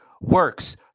works